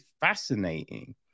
fascinating